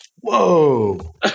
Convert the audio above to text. Whoa